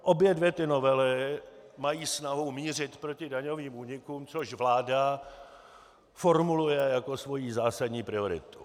Obě dvě novely mají snahu mířit proti daňovým únikům, což vláda formuluje jako svoji zásadní prioritu.